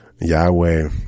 Yahweh